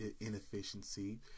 inefficiency